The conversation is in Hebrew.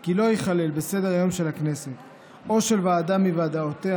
כי לא ייכלל בסדר-היום של הכנסת או של ועדה מוועדותיה